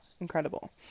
Incredible